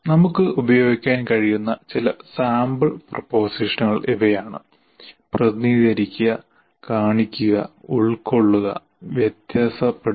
നമുക്ക് ഉപയോഗിക്കാൻ കഴിയുന്ന ചില സാമ്പിൾ പ്രൊപോസിഷനുകൾ ഇവയാണ് പ്രതിനിധീകരിക്കുക കാണിക്കുക ഉൾക്കൊള്ളുക വ്യത്യാസപ്പെടുക